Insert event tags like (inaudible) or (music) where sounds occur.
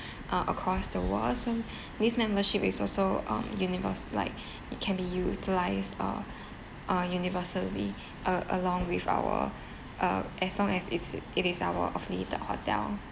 (breath) uh across the world so (breath) this membership is also um universe like (breath) it can be utilised uh (breath) are universally uh along with our uh as long as it's it is our affiliated hotel